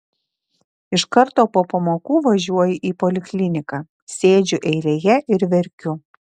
iš karto po pamokų važiuoju į polikliniką sėdžiu eilėje ir verkiu